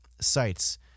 sites